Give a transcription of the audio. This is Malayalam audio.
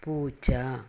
പൂച്ച